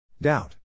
Doubt